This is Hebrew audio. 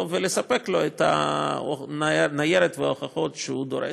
ולספק לו את הניירת וההוכחות שהוא דורש.